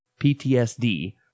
PTSD